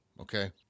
okay